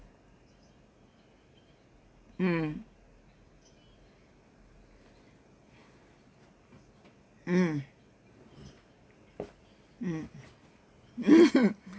mm mm mm mm